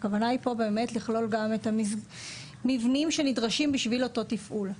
הכוונה היא פה באמת לכלול גם את המבנים שנדרשים בשביל אותו תפעול.